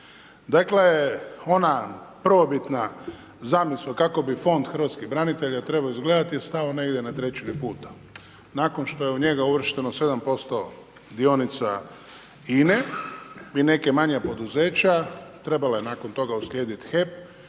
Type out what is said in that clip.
Dakle ona prvobitna zamisao kako bi Fond hrvatskih branitelja trebao izgledati je stao negdje na trećini puta nakon što je u njega uvršteno 7% dionica INA-e bi i neka manja poduzeća, trebao je nakon toga uslijediti HEP